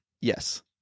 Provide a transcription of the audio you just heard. yes